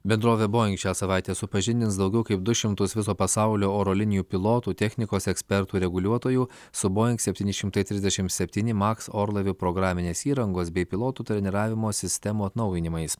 bendrovė boeing šią savaitę supažindins daugiau kaip du šimtus viso pasaulio oro linijų pilotų technikos ekspertų reguliuotojų su boeing septyni šimtai trisdešimt septyni max orlaivio programinės įrangos bei pilotų treniravimo sistemų atnaujinimais